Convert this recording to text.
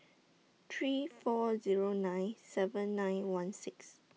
three four Zero nine seven nine one six